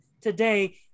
today